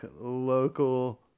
local